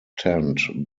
tanned